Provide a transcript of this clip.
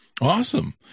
Awesome